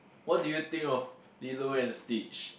what do you think of Lilo and Stitch